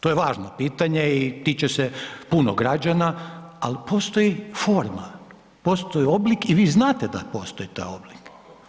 To je važno pitanje i tiče se puno građana, ali postoji forma, postoji oblik i vi znate da postoji taj oblik.